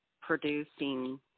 producing